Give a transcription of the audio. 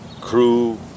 crew